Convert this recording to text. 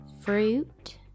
fruit